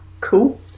Cool